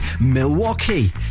Milwaukee